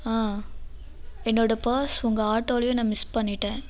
ஆ என்னோட பேர்ஸ் உங்கள் ஆட்டோலேயே நான் மிஸ் பண்ணிவிட்டேன்